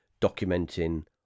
documenting